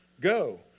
Go